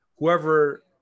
Whoever